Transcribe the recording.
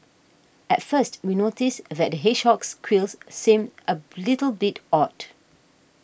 at first we noticed that the hedgehog's quills seemed a little bit odd